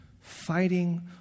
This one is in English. fighting